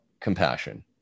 compassion